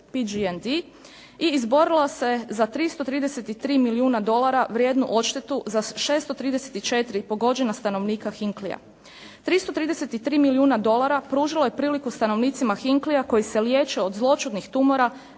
PG&E i izborila se za 333 milijuna dolara vrijednu odštetu za 634 pogođena stanovnika Hinkleya. 333 milijuna dolara pružilo je priliku stanovnicima Hinkleya, koji se liječe od zloćudnih tumora,